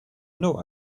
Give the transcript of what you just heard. know